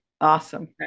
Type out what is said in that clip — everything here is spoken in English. Awesome